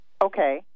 Okay